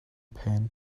pen